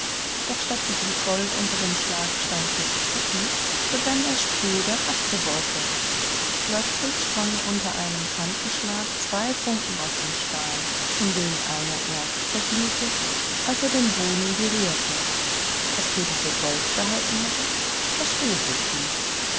doch statt sich wie gold unter dem schlagstein zu strecken begann er spröde abzubröckeln plötzlich sprangen unter einem kantenschlag zwei funken aus dem stein von denen einer erst verglühte als er den boden berührte was peter für gold gehalten hatte war